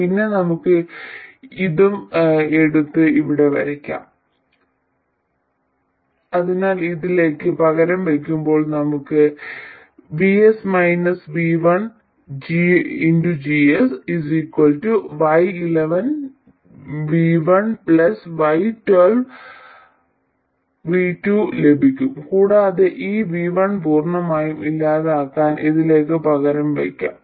പിന്നെ നമുക്ക് ഇതും ഇതും എടുത്ത് ഇവിടെ വയ്ക്കാം അതിനാൽ ഇതിലേക്ക് പകരം വയ്ക്കുമ്പോൾ നമുക്ക് GS y11 V1 y12 V2 ലഭിക്കും കൂടാതെ ഈ V1 പൂർണ്ണമായും ഇല്ലാതാക്കാൻ ഇതിലേക്ക് പകരം വയ്ക്കാം